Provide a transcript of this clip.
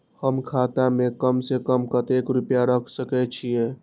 हम खाता में कम से कम कतेक रुपया रख सके छिए?